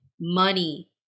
money